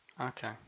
Okay